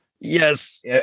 yes